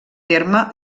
terme